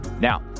Now